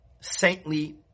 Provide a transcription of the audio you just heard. saintly